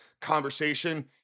conversation